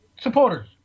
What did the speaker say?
supporters